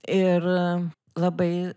ir labai